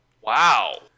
Wow